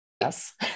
Yes